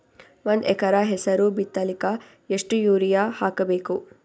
ಒಂದ್ ಎಕರ ಹೆಸರು ಬಿತ್ತಲಿಕ ಎಷ್ಟು ಯೂರಿಯ ಹಾಕಬೇಕು?